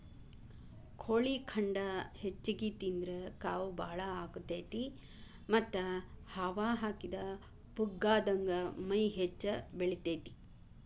ಕೋಳಿ ಖಂಡ ಹೆಚ್ಚಿಗಿ ತಿಂದ್ರ ಕಾವ್ ಬಾಳ ಆಗತೇತಿ ಮತ್ತ್ ಹವಾ ಹಾಕಿದ ಪುಗ್ಗಾದಂಗ ಮೈ ಹೆಚ್ಚ ಬೆಳಿತೇತಿ